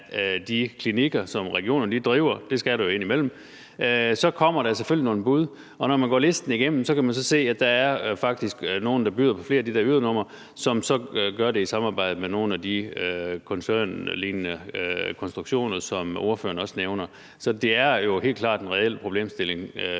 de klinikker, som regionerne driver – det skal der jo indimellem – så kommer der selvfølgelig nogle bud, og når man så går listen igennem, kan man se, at der faktisk er nogle, der byder på flere af de der ydernumre, som gør det i samarbejde med nogle af de koncernlignende konstruktioner, som ordføreren også nævner. Så det er jo helt klart en reel problemstilling,